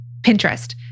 Pinterest